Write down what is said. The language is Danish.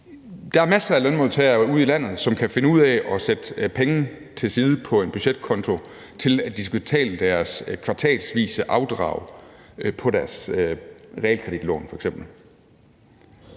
Der er masser af lønmodtagere ude i landet, som kan finde ud af at sætte penge til side på en budgetkonto til, at de f.eks. skal betale deres kvartalsvise afdrag på deres realkreditlån.